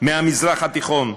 מהמזרח התיכון,